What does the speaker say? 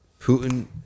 Putin